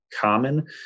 common